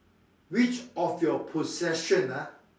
which of your possession ah